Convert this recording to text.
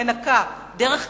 מנקה, דרך קבלן.